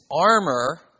armor